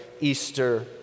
Easter